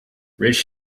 rich